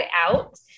out